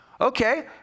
Okay